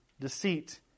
deceit